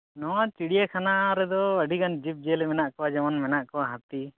ᱱᱚᱣᱟ ᱪᱤᱲᱤᱭᱟ ᱠᱷᱟᱱᱟ ᱨᱮᱫᱚ ᱟᱹᱰᱤ ᱜᱟᱱ ᱡᱤᱵᱽᱡᱤᱭᱟᱹᱞᱤ ᱢᱮᱱᱟᱜ ᱠᱚᱣᱟ ᱡᱮᱢᱚᱱ ᱢᱮᱱᱟᱜ ᱠᱚᱣᱟ ᱦᱟᱹᱛᱤ